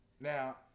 Now